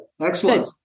Excellent